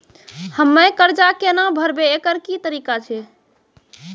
हम्मय कर्जा केना भरबै, एकरऽ की तरीका छै?